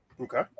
Okay